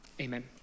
Amen